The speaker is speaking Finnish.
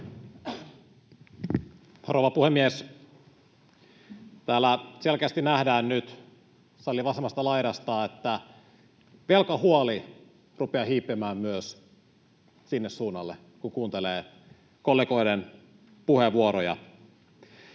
rouva puhemies! Täällä selkeästi nähdään nyt salin vasemmasta laidasta, että velkahuoli rupeaa hiipimään myös sille suunnalle, kun kuuntelee kollegoiden puheenvuoroja.